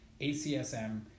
ACSM